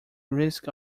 risk